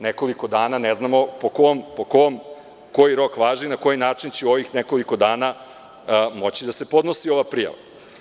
Nekoliko dana ne znamo koji rok važi i na koji način će u narednih nekoliko dana moći da se podnosi ova prijava.